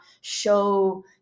show